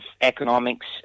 economics